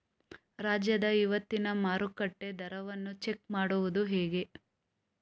ರಾಜ್ಯದ ಇವತ್ತಿನ ಮಾರುಕಟ್ಟೆ ದರವನ್ನ ಚೆಕ್ ಮಾಡುವುದು ಹೇಗೆ?